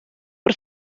por